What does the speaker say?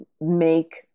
make